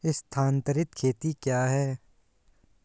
स्थानांतरित खेती क्या है?